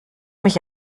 mich